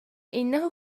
إنه